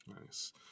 Nice